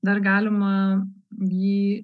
dar galima jį